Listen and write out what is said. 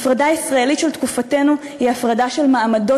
ההפרדה הישראלית של תקופתנו היא הפרדה של מעמדות,